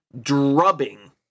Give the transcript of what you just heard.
drubbing